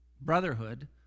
brotherhood